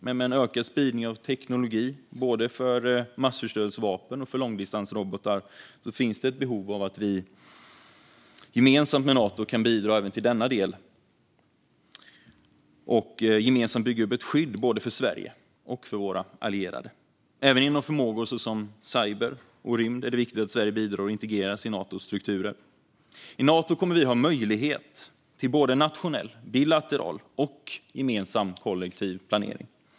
Men med en ökad spridning av teknologi för både massförstörelsevapen och långdistansrobotar finns ett behov av att gemensamt med Nato kunna bidra även till denna del och gemensamt bygga upp ett skydd för både Sverige och våra allierade. Även när det gäller förmågor såsom cyber och rymd är det viktigt att Sverige bidrar och integreras i Natos strukturer. I Nato kommer vi att ha möjlighet till såväl nationell och bilateral som gemensam, kollektiv planering.